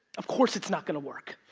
of course it's not going to work.